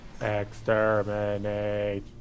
exterminate